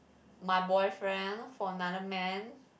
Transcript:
my boyfriend for another man